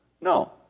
No